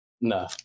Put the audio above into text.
No